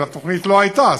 אבל התוכנית לא הייתה,